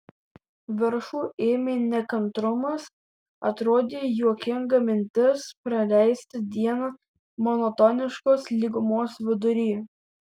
viršų ėmė nekantrumas atrodė juokinga mintis praleisti dieną monotoniškos lygumos vidury